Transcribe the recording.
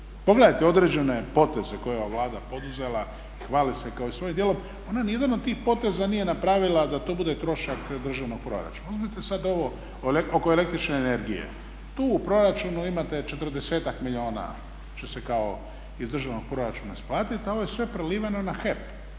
pogledate određene poteze koje je ova Vlada poduzela i hvali se kao svojim djelom ona nijedan od tih poteza nije napravila da to bude trošak državnog proračuna. Uzmite sad ovo oko električne energije tu u proračunu imate četrdesetak milijuna što se kao iz državnog proračuna isplati, a ovo je sve preliveno na HEP,